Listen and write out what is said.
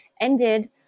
ended